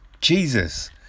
Jesus